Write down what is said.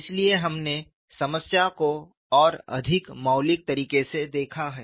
इसलिए हमने समस्या को और अधिक मौलिक तरीके से देखा है